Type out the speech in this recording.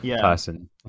person